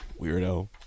Weirdo